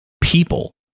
people